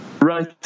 right